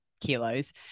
kilos